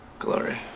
glory